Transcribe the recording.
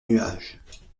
nuages